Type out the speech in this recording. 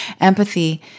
Empathy